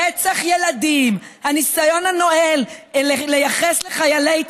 רצח ילדים, הניסיון הנואֵל לייחס לחיילי צה"ל,